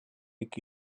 iki